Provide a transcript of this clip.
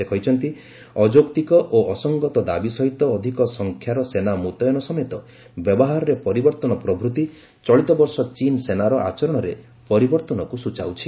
ସେ କହିଛନ୍ତି ଅଯୌକ୍ତିକ ଓ ଅସଙ୍ଗତ ଦାବୀ ସହିତ ଅଧିକ ସଂଖ୍ୟାର ସେନା ମୁତ୍ୟନ ସମେତ ବ୍ୟବହାରରେ ପରିବର୍ତ୍ତନ ପ୍ରଭୂତି ଚଳିତ ବର୍ଷ ଚୀନ୍ ସେନାର ଆଚରଣରେ ପରିବର୍ଭନକୁ ସୂଚାଉଛି